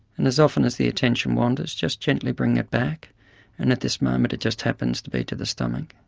and as often as the attention wanders just gently bring it back and at this moment it just happens to be to the stomach,